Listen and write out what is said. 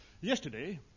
Yesterday